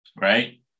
right